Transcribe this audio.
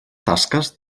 tasques